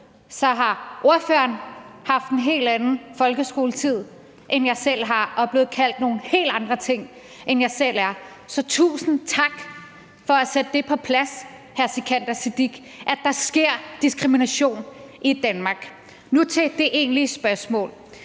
så har ordføreren haft en helt anden folkeskoletid, end jeg selv har, og er blevet kaldt nogle helt andre ting, end jeg selv er. Så tusind tak for at sætte det på plads, hr. Sikandar Siddique, at der sker diskrimination i Danmark. Nu til det egentlige spørgsmål.